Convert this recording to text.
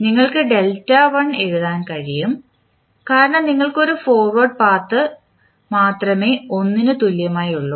നിങ്ങൾക്ക് ഡെൽറ്റ 1 എഴുതാൻ കഴിയും കാരണം ഞങ്ങൾക്ക് ഒരു ഫോർവേഡ് പാത്ത് മാത്രമേ 1 ന് തുല്യം ആയി ഉള്ളൂ